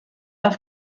auf